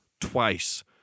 twice